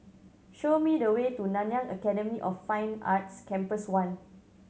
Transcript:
show me the way to Nanyang Academy of Fine Arts Campus One